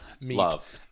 love